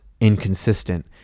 inconsistent